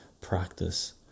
practice